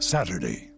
Saturday